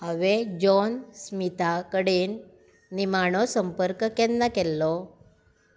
हांवे जॉन स्मिथा कडेन निमाणो संपर्क केन्ना केल्लो